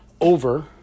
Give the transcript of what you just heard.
over